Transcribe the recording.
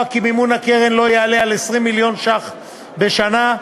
כי מימון הקרן לא יעלה על 20 מיליון שקל בשנה.